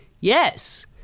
yes